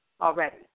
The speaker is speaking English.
already